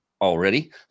already